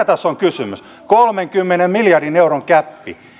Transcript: tässä on kysymys kolmenkymmenen miljardin euron gäppi